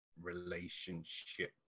relationship